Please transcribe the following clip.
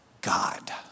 God